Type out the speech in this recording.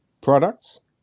products